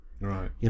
Right